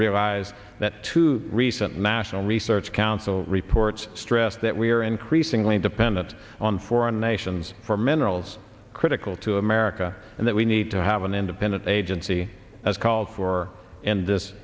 revise that to recent national research council reports stress that we are increasingly dependent on foreign nations for minerals critical to america and that we need to have an independent agency as called for in this